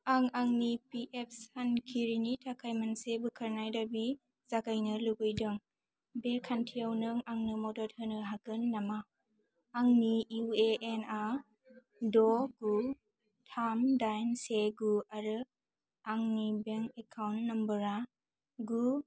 आं आंनि पिएफ सानरिखिनि थाखाय मोनसे बोखारनाय दाबि जागायनो लुबैदों बे खान्थियाव नों आंनो मदद होनो हागोन नामा आंनि इउएएनआ द गु थाम दाइन से गु आरो आंनि बेंक एकाउन्ट नम्बरआ गु